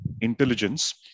intelligence